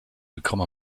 become